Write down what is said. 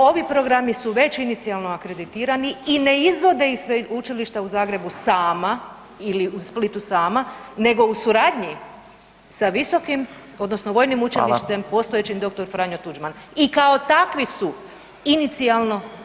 Ovi programi su već inicijalno akreditirani i ne izvode ih Sveučilišta u Zagrebu sama ili u Splitu sama nego u suradnji sa visokim odnosno vojnim [[Upadica Radin: Hvala lijepa.]] učilištem postojećim dr. Franjo Tuđman i kao takvi su inicijalno akreditirani.